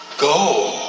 Go